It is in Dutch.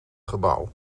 gebouw